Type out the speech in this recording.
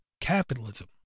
capitalism